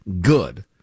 good